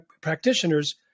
practitioners